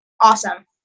awesome